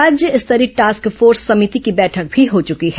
राज्य स्तरीय task force समिति की बैठक भी हो चुकी है